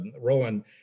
Rowan